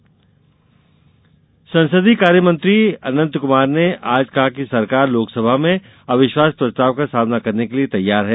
अविश्वास प्रस्ताव संसदीय कार्यमंत्री अनंत कुमार ने आज कहा कि सरकार लोकसभा में अविश्वास प्रस्ताव का सामना करने के लिये तैयार है